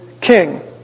king